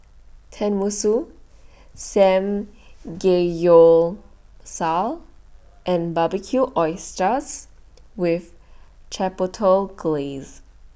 Tenmusu Samgeyopsal and Barbecued Oysters with Chipotle Glaze